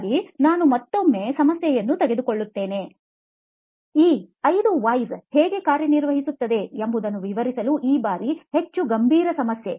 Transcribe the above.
ಹಾಗಾಗಿ ನಾನು ಮತ್ತೊಂದು ಸಮಸ್ಯೆಯನ್ನು ತೆಗೆದುಕೊಳ್ಳುತ್ತೇನೆ ಈ 5 Whys ಹೇಗೆ ಕಾರ್ಯನಿರ್ವಹಿಸುತ್ತದೆ ಎಂಬುದನ್ನು ವಿವರಿಸಲು ಈ ಬಾರಿ ಹೆಚ್ಚು ಗಂಭೀರ ಸಮಸ್ಯೆ